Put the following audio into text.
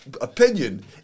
Opinion